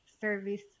service